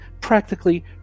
practically